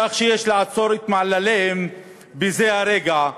כך שיש לעצור את מעלליהם בזה הרגע,